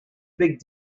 big